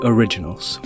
Originals